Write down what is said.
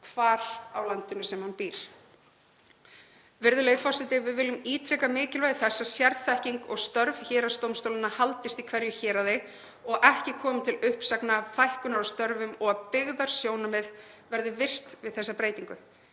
hvar á landinu sem hann býr. Virðulegi forseti. Við viljum ítreka mikilvægi þess að sérþekking og störf héraðsdómstólanna haldist í hverju héraði og að ekki komi til uppsagna, fækkunar á störfum og að byggðasjónarmið verði virt við þessa breytingu.